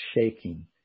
shaking